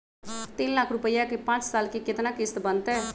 तीन लाख रुपया के पाँच साल के केतना किस्त बनतै?